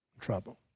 trouble